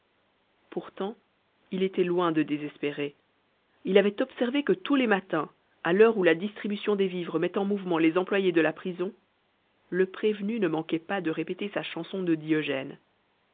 pourtant il était loin de désespérer il avait observé que tous les matins à l'heure où la distribution des vivres met en mouvement les employés de la prison le prévenu ne manquait pas de répéter sa chanson de diogène